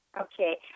Okay